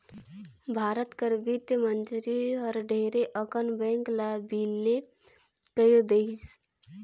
भारत कर बित्त मंतरी हर ढेरे अकन बेंक ल बिले कइर देहिस